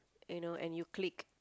you know and you click